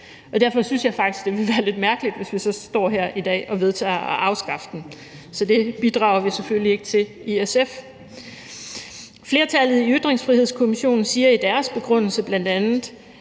derfor synes jeg, at det vil være lidt mærkeligt, hvis vi så står her i dag og vedtager at afskaffe den. Så det bidrager vi selvfølgelig ikke til i SF. Flertallet i Ytringsfrihedskommissionen siger i deres begrundelse bl.a., at et